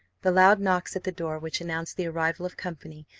the loud knocks at the door, which announced the arrival of company,